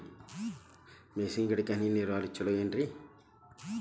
ಮೆಣಸಿನ ಗಿಡಕ್ಕ ಹನಿ ನೇರಾವರಿ ಛಲೋ ಏನ್ರಿ?